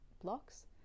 blocks